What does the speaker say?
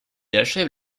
achève